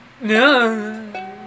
No